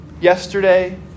yesterday